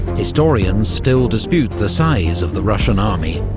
historians still dispute the size of the russian army,